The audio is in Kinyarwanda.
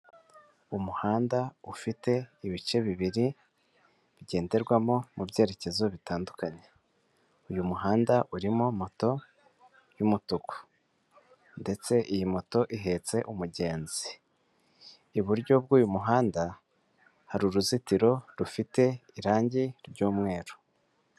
Umuhanda ufite ibice bibiri bigenderwamo mu byerekezo bitandukanye. Uyu muhanda urimo moto y'umutuku ndetse iyi moto ihetse umugenzi. Iburyo bw'uyu muhanda, hari uruzitiro rufite irangi ry'umweru.